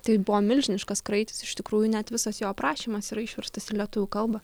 tai buvo milžiniškas kraitis iš tikrųjų net visas jo aprašymas yra išverstas į lietuvių kalbą